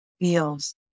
feels